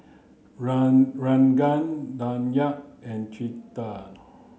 run Ranga Dhyan and Chetan